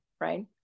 right